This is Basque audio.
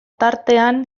tartean